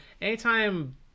anytime